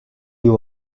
you